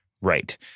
Right